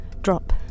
Drop